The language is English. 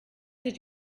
did